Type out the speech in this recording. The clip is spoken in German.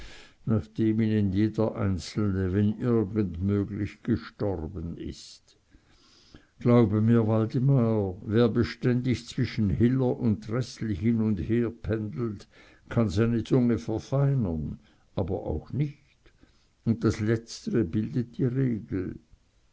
nachdem ihnen jeder einzelne wenn irgend möglich gestorben ist glaube mir waldemar wer beständig zwischen hiller und dressel hin und her pendelt kann seine zunge verfeinern aber auch nicht und das letztre bildet die regel